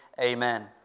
amen